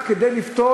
על פיצול דירות,